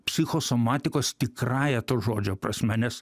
psichosomatikos tikrąja to žodžio prasme nes